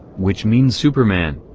which means superman,